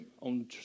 on